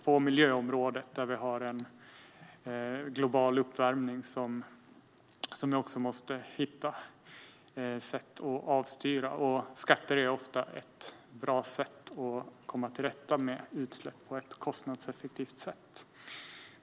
På miljöområdet måste vi hitta sätt att avstyra den globala uppvärmningen, och skatter är ofta ett bra och kostnadseffektivt sätt att komma till rätta med utsläpp.